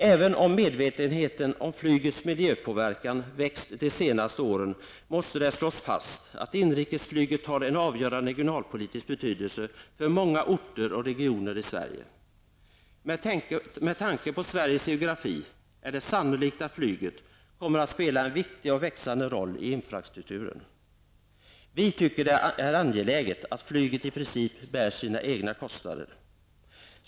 Även om medvetenheten om flygets miljöpåverkan växt de senaste åren, måste det slås fast att inrikesflyget har en avgörande regionalpolitisk betydelse för många orter och regioner i Sverige. Med tanke på Sveriges geografi är det sannolikt att flyget kommer att spela en viktig och växande roll i infrastrukturen. Vi tycker att det är angeläget att flyget i princip bär sina egna kostnader.